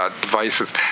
devices